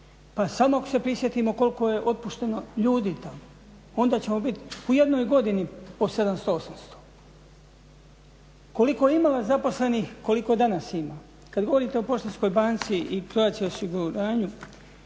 pa samo ako se prisjetimo koliko je otpušteno ljudi tamo, onda ćemo biti u jednoj godini po 700, 800. Koliko ima vas zaposlenih, koliko danas ima, kad govorite o Poštanskoj banci i Croatia osiguranju,